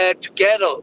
Together